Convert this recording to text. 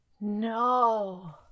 No